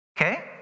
Okay